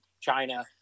China